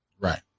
Right